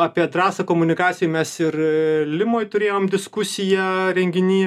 apie drąsą komunikacijoj mes ir limoj turėjom diskusiją renginyj